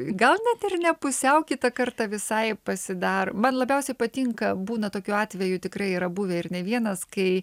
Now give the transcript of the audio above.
gal net ir ne pusiau kitą kartą visai pasidar man labiausiai patinka būna tokių atvejų tikrai yra buvę ir ne vienas kai